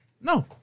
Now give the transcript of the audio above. No